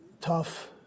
tough